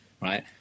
right